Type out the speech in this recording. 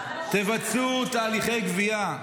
תבצעו תהליכי גבייה,